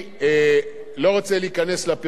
כי אני חושב שזה סוג של build-up,